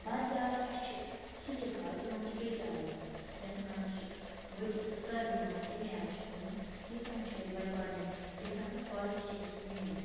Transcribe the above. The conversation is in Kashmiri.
بَدلہِ آیہِ اَسہِ چھِ سِلِک آیہِ تِمَن چھِ بیٚکہِ آیہِ یَتھ وَنان سُہ چھُ ؤٹِتھ سُہ کٔرلی مَس تَمے آیہِ چھِ تِمَن ییٖژاہَن چھِ اَسہِ بٔے بارنٮ۪ن ڈِفرَنٕس باقی چھِ أسۍ سیم